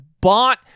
bought